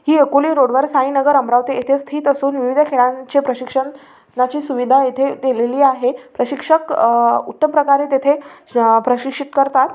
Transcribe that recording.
ही अकोले रोडवर साईनगर अमरावती येथे स्थित असून विविध खेळांचे प्रशिक्षणाची सुविधा येथे दिलेली आहे प्रशिक्षक उत्तम प्रकारे तेथे प्रशिक्षित करतात